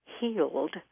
healed